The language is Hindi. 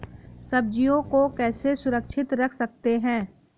सब्जियों को कैसे सुरक्षित रख सकते हैं?